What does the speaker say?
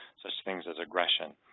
such things as aggression,